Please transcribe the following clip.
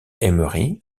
emery